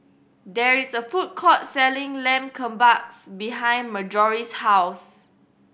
there is a food court selling Lamb Kebabs behind Marjorie's house